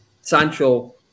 Sancho